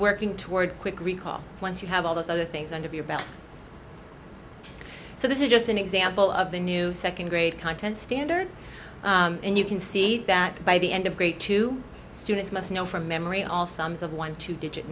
working toward quick recall once you have all those other things under your belt so this is just an example of the new second grade content standard and you can see that by the end of great two students must know from memory all sums of one two digit